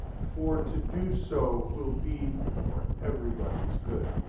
for to do so will be for everybody's good.